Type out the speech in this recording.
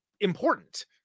important